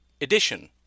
addition